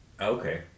Okay